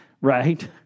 right